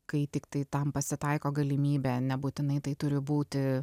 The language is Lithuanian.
kai tiktai tam pasitaiko galimybė nebūtinai tai turi būti